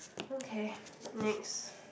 okay next